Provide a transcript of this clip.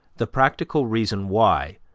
the practical reason why,